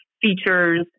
features